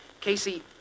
Casey